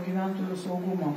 gyventojų saugumo